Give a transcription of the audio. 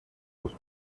was